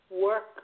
work